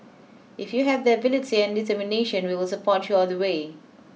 if you have the ability and determination we will support you all the way